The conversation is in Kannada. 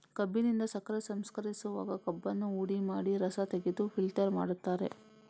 ಕಬ್ಬಿನಿಂದ ಸಕ್ಕರೆ ಸಂಸ್ಕರಿಸುವಾಗ ಕಬ್ಬನ್ನ ಹುಡಿ ಮಾಡಿ ರಸ ತೆಗೆದು ಫಿಲ್ಟರ್ ಮಾಡ್ತಾರೆ